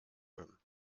room